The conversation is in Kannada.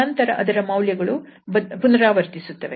ನಂತರ ಅದರ ಮೌಲ್ಯಗಳು ಪುನರಾವರ್ತಿಸುತ್ತವೆ